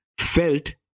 felt